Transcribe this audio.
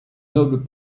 nobles